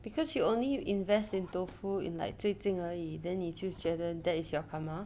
because you only invest in tofu in like 最近而已 then 你就觉得 that is your karma